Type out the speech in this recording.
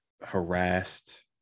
harassed